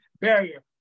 barrier